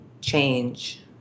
change